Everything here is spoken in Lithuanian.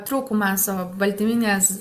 trūkumas baltyminės